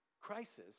crisis